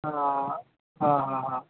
હા હા હા હા